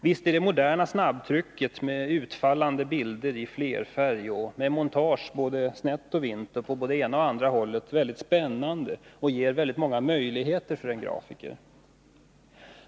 Visst är det moderna snabbtrycket — med utfallande bilder i flerfärg och med montage både snett och vint och med montage på både det ena och det andra hållet — spännande, och visst ger det väldigt många möjligheter för en grafiker.